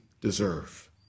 deserve